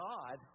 God